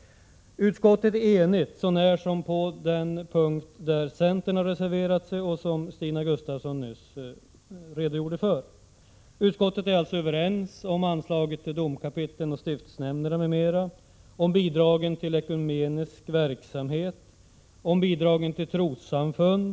Utskottet är enigt utom på den punkt där centern har reserverat sig och som Stina Gustavsson nyss redogjorde för. Utskottet är alltså överens om anslagen under avsnitten Domkapitlen och stiftsnämnderna m.m., Bidrag till ekumenisk verksamhet och Bidrag till trossamfund.